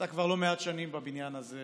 אתה כבר לא מעט שנים בבניין הזה,